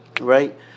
right